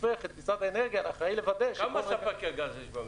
הופך את קליטת האנרגיה לאחראי לוודא --- כמה ספקי גז יש במדינה?